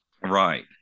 Right